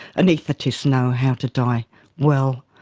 anaesthetists know how to die well.